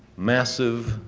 massive,